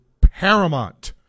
paramount